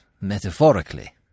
metaphorically